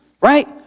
right